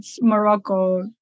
Morocco